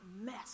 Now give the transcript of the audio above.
mess